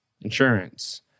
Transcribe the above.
insurance